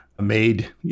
made